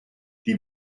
die